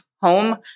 home